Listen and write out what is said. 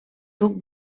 duc